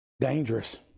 Dangerous